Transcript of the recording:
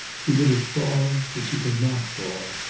she would have fallen, but she could not fall.